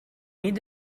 need